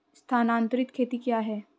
स्थानांतरित खेती क्या है?